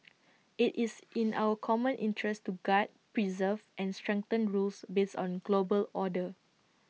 IT is in our common interest to guard preserves and strengthen rules based on global order